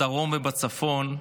בדרום ובצפון,